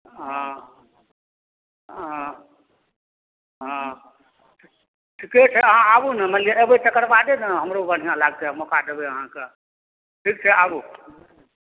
हॅं हॅं हॅं ठीके छै अहाँ आबु ने मानि लिअ अयबै तकर बादे ने हमरो बढ़िऑं लगतै मौका देबै अहाँकेँ ठीक चाही आबु